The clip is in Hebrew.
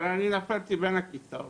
אבל אני נפלתי בין הכיסאות.